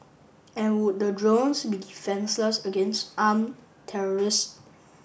and would the drones be defenceless against armed terrorists